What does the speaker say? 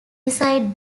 resides